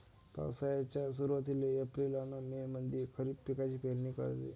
पावसाळ्याच्या सुरुवातीले एप्रिल अन मे मंधी खरीप पिकाची पेरनी करते